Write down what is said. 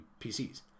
PCs